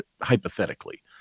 hypothetically